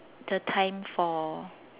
the time for